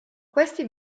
questi